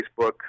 Facebook